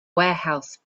warehouse